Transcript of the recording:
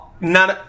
None